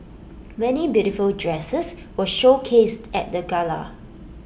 many beautiful dresses were showcased at the gala